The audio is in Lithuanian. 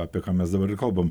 apie ką mes dabar ir kalbam